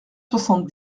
soixante